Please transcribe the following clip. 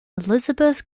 elisabeth